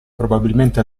probabilmente